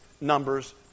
Numbers